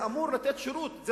הוא אמור לתת שירות,